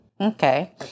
Okay